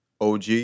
og